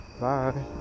bye